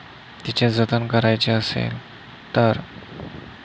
तिचे जतन करायचे असेल तर